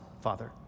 Father